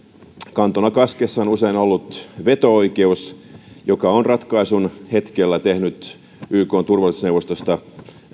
kantona kaskessa on usein ollut veto oikeus joka on ratkaisun hetkellä tehnyt ykn turvallisuusneuvostosta